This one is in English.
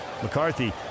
McCarthy